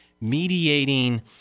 mediating